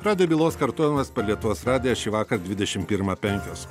radijo bylos kartojimas per lietuvos radiją šįvakar dvidešimt pirmą penkios